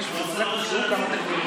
יש מעט מאוד שופטים,